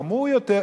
והחמור יותר,